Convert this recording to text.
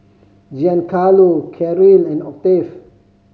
Giancarlo Caryl and Octave